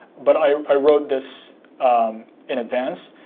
but i i wrote this in advance.